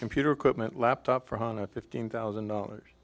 computer equipment laptop for hannah fifteen thousand dollars